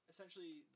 Essentially